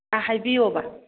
ꯑꯥ ꯍꯥꯏꯕꯤꯎꯕ